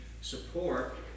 support